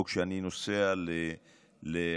או כשאני נוסע לעבדה,